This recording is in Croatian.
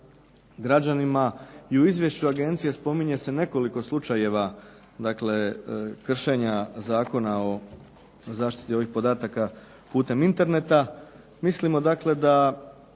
građanima, i u izvješću agencije spominje se nekoliko slučajeva dakle kršenja Zakona o zaštiti ovih podataka putem Interneta. Mislimo dakle